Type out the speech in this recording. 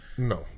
No